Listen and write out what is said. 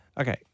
Okay